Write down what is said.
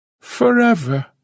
Forever